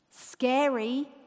scary